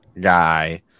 guy